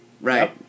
Right